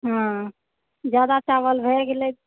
जादा चावल भए गेलै